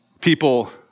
People